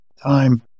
time